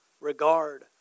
regard